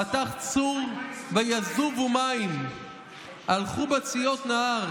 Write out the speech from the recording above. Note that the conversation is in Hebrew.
פתח צור ויזובו מים הלכו בציות נהר.